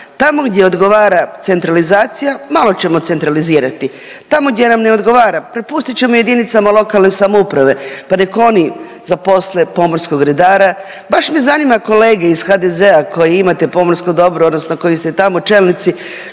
Tamo gdje odgovara centralizacija, malo ćemo centralizirati. Tamo gdje nam ne odgovara, propustit ćemo jedinicama lokalne samouprave pa nek oni zaposle pomorskog redara, baš me zanima, kolege iz HDZ-a koji imate pomorsko dobro, odnosno koji ste tamo čelnici,